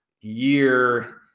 year